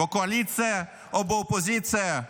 בקואליציה או באופוזיציה,